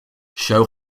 show